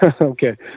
okay